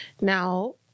now